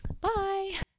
Bye